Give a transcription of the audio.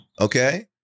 okay